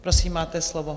Prosím, máte slovo.